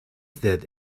that